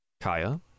Kaya